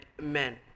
men